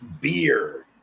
beer